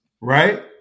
Right